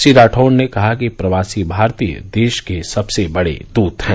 श्री राठौड़ ने कहा कि प्रवासी भारतीय देश के सबसे बड़े दूत हैं